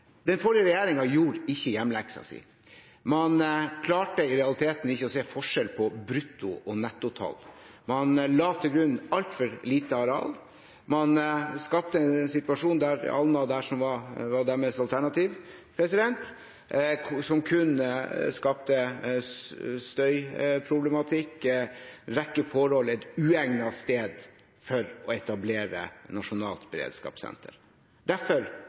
Den forrige regjeringen gjorde ikke hjemmeleksa si. Man klarte i realiteten ikke å se forskjell på bruttotall og nettotall. Man la til grunn altfor lite areal. Med Alna, som var deres alternativ, kunne en skapt støyproblematikk og videre en rekke forhold – et uegnet sted for å etablere et nasjonalt beredskapssenter. Derfor